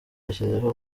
yashyizeho